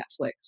Netflix